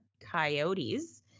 coyotes